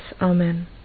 Amen